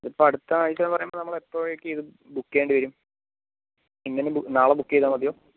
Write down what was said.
ഇപ്പോൾ അടുത്ത ആഴ്ച എന്ന് പറയുമ്പോൾ നമ്മൾ എപ്പോഴേക്ക് ഇത് ബുക്ക് ചെയ്യേണ്ടിവരും എങ്ങനെ നാളെ ബുക്ക് ചെയ്താൽ മതിയോ